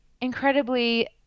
incredibly